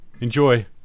Enjoy